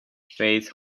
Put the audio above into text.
faith